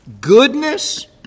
Goodness